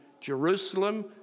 Jerusalem